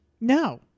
No